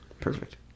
Perfect